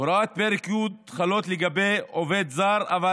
הוראות פרק י' חלות לגבי עובד זר אבל